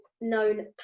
known